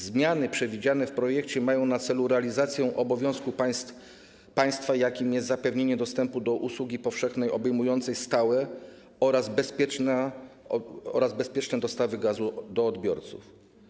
Zmiany przewidziane w projekcie mają na celu realizację obowiązku państwa, jakim jest zapewnienie dostępu do usługi powszechnej obejmującej stałe oraz bezpieczne dostawy gazu do odbiorców.